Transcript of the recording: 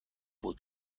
بود